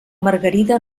margarida